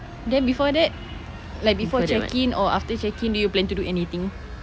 then before that like before check in or after check in do you plan to do anything